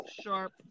sharp